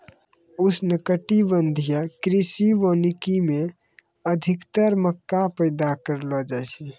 उष्णकटिबंधीय कृषि वानिकी मे अधिक्तर मक्का पैदा करलो जाय छै